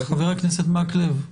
חבר הכנסת מקלב,